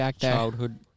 childhood